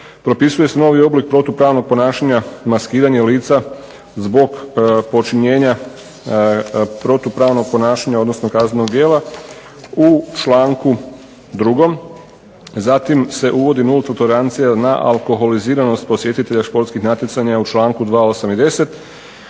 propisuje se novi oblik protupravnog ponašanja maskiranje lica zbog počinjenja protupravnog ponašanja odnosno kaznenog djela u članku 2. Zatim se uvodi nulta tolerancija na alkoholiziranost posjetitelja športskih natjecanja u članku 2., 8.